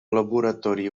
laboratori